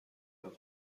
بود